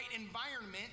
environment